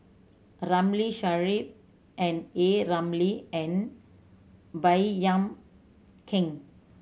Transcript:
Ramli Sarip and A Ramli and Baey Yam Keng